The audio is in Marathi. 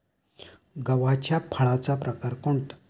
गव्हाच्या फळाचा प्रकार कोणता?